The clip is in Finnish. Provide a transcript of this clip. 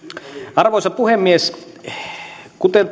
arvoisa puhemies kuten